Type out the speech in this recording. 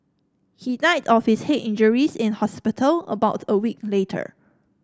he died of his head injuries in hospital about a week later